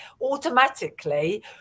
automatically